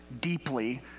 deeply